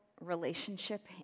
relationship